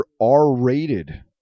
R-rated